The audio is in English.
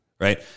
right